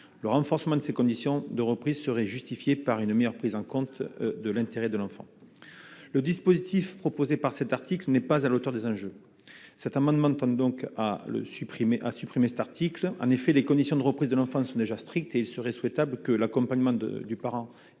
le renforcement de ses conditions de reprise serait justifiée par une meilleure prise en compte de l'intérêt de l'enfant, le dispositif proposé par cet article n'est pas à l'auteur des enjeux cet amendement tend donc à le supprimer à supprimer cet article en effet les conditions de reprise de l'enfance déjà strict et il serait souhaitable que l'accompagnement de du parent